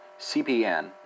CPN